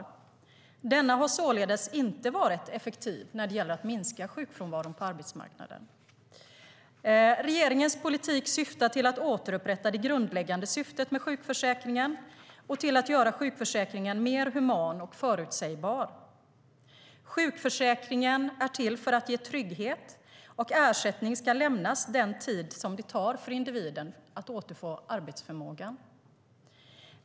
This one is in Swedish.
Denna har således inte varit effektiv när det gäller att minska sjukfrånvaron på arbetsmarknaden. Regeringens politik syftar till att återupprätta det grundläggande syftet med sjukförsäkringen och till att göra sjukförsäkringen mer human och förutsägbar. Sjukförsäkringen är till för att ge trygghet, och ersättning ska lämnas den tid det tar för individen att återfå arbetsförmågan.